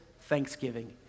Thanksgiving